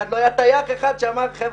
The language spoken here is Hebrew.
לא טייח אחד שיאמר: חברים,